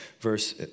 verse